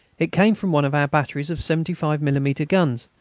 it came from one of our batteries of seventy five millimetre guns,